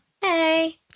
Hey